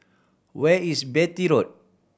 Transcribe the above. where is Beatty Road